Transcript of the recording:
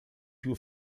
più